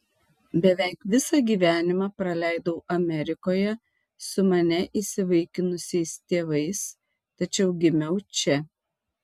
beveik visą gyvenimą praleidau amerikoje su mane įsivaikinusiais tėvais tačiau gimiau čia